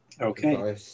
Okay